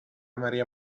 maria